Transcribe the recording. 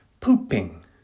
Pooping